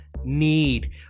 need